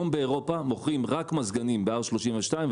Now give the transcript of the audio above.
היום באירופה מוכרים רק מזגנים עם R32,